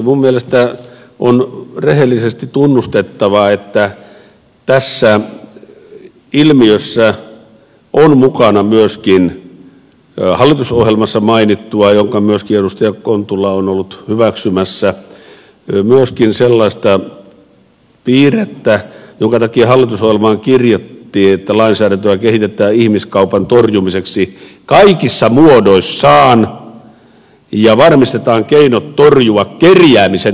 minun mielestäni on rehellisesti tunnustettava että tässä ilmiössä on mukana myöskin hallitusohjelmassa mainittua jonka myöskin edustaja kontula on ollut hyväksymässä sellaista piirrettä jonka takia hallitusohjelmaan kirjattiin että lainsäädäntöä kehitetään ihmiskaupan torjumiseksi kaikissa muodoissaan ja varmistetaan keinot torjua kerjäämisen organisointia